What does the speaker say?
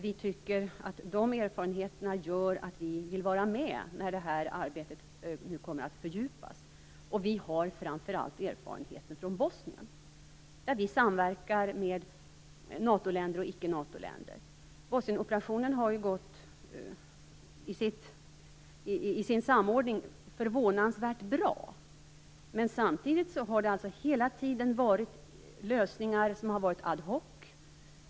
Vi tycker att de erfarenheterna gör att vi vill vara med när det här arbetet nu kommer att fördjupas. Vi har framför allt erfarenheten från Bosnien, där vi samverkar med NATO-länder och icke NATO-länder. Bosnienoperationen har ju i sin samordning gått förvånansvärt bra. Men samtidigt har det hela tiden funnits lösningar som har varit ad hoc.